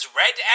red